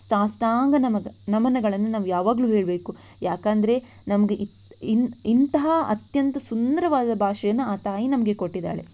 ಸಾಷ್ಟಾಂಗ ನಮಗ ನಮನಗಳನ್ನು ನಾವು ಯಾವಾಗಲೂ ಹೇಳಬೇಕು ಯಾಕೆಂದರೆ ನಮಗೆ ಇ ಇನ್ ಇಂತಹ ಅತ್ಯಂತ ಸುಂದರವಾದ ಭಾಷೆಯನ್ನು ಆ ತಾಯಿ ನಮಗೆ ಕೊಟ್ಟಿದ್ದಾಳೆ